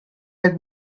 had